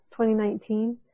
2019